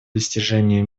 достижения